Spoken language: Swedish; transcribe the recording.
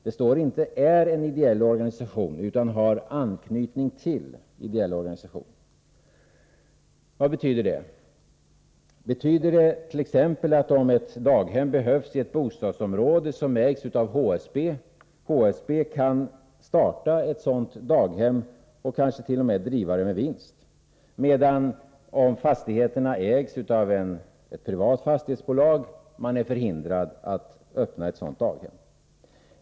Det står inte är ideell organisation, utan har anknytning till ideell organisation. Vad betyder det? Betyder det t.ex. att om ett daghem behövs i ett bostadsområde som ägs av HSB, HSB kan starta ett sådant daghem och kanske t.o.m. driva det med vinst, medan om fastigheterna ägs av ett privat fastighetsbolag, man är förhindrad att öppna ett sådant daghem.